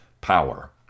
power